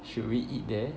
should we eat there